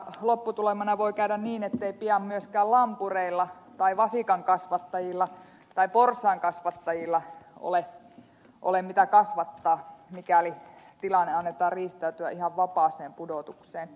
lopputulemana voi käydä niin ettei pian myöskään lampureilla tai vasikankasvattajilla tai porsaankasvattajilla ole mitä kasvattaa mikäli tilanteen annetaan riistäytyä ihan vapaaseen pudotukseen